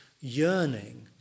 yearning